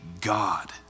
God